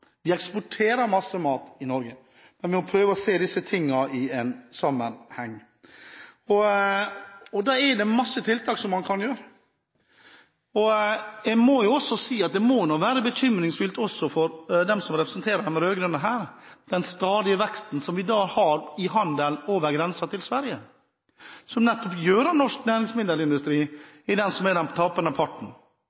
Vi eksporterer masse mat i Norge. Men en må prøve å se disse tingene i sammenheng, da er det masse tiltak som man kan gjøre. Jeg må også si at den stadige veksten som vi har i handelen over grensen til Sverige, må være bekymringsfull også for de som representerer de rød-grønne her. Den gjør at norsk næringsmiddelindustri er den tapende parten. Når vi passerer 12 mrd. kr i handelslekkasje hvert eneste år, er det stort tap av